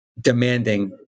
demanding